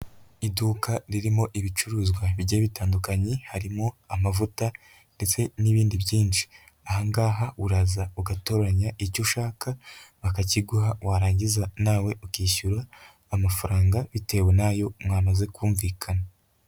Iduka ririmo ibicuruzwa bigiye bitandukanye harimo amavuta ndetse n'ibindi byinshi, aha ngaha uraza ugatoranya icyo ushaka bakakiguha warangiza nawe ukishyura amafaranga bitewe n'ayo mwamaze kumvikana.